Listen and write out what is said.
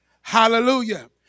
Hallelujah